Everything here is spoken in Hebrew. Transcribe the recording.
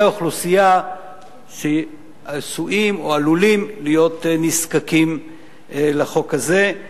האוכלוסייה שעשויים או עלולים להיות נזקקים לחוק הזה,